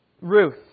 Ruth